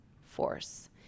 force